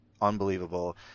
Unbelievable